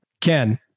Ken